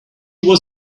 was